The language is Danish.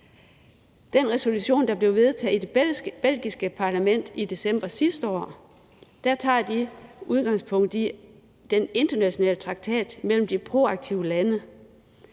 den resolution, der blev vedtaget i det belgiske parlament i december sidste år, tager de udgangspunkt i den internationale traktat mellem de proaktive lande.